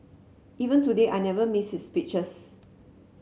even today I never miss his speeches